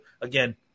again